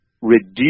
reduce